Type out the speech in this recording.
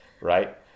Right